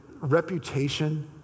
reputation